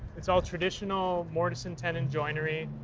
it's all traditional, mortise and tendon joinery.